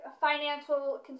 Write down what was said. financial